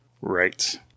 Right